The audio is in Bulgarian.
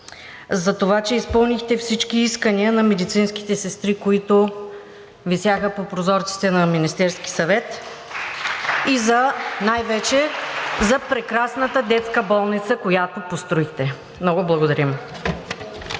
за това, че изпълнихте всички искания на медицинските сестри, които висяха по прозорците на Министерския съвет; и най-вече за прекрасната детска болница, която построихте. Много благодарим.